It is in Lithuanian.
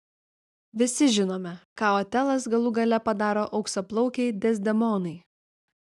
visi žinome ką otelas galų gale padaro auksaplaukei dezdemonai